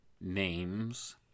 names